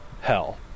hell